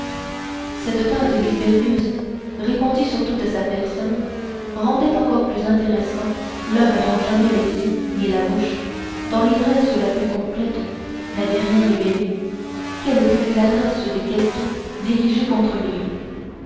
cette teinte mystérieuse répandue sur toute sa personne rendait encore plus intéressant l'homme dont jamais les yeux ni la bouche dans l'ivresse la plus complète n'avaient rien révélé quelle que fût l'adresse des questions dirigées contre lui